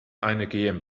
eine